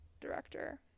director